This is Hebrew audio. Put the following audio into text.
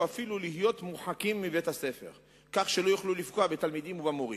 אפילו להיות מורחקים מבית-הספר כך שלא יוכלו לפגוע בתלמידים ובמורים.